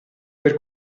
per